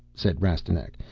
said rastignac,